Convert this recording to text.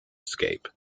escape